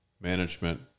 management